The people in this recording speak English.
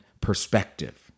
perspective